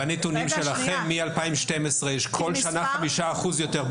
לפי הנתונים שלכם מ-2012 יש כל שנה 5% יותר.